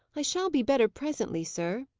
i shall be better presently, sir.